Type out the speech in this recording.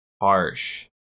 Harsh